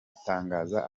bitangaza